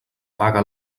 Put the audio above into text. paga